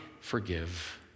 forgive